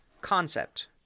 concept